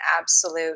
absolute